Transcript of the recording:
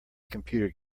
computer